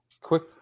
Quick